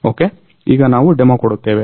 okay ಈಗ ನಾವು demo ಕೊಡುತ್ತೇವೆ